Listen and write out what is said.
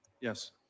Yes